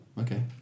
okay